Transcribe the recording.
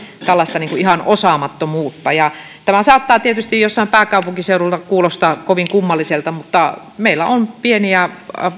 tällaista ihan osaamattomuutta tämä saattaa tietysti jossain pääkaupunkiseudulla kuulostaa kovin kummalliselta mutta meillä on pieniä